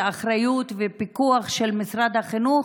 כאחריות ופיקוח של משרד החינוך,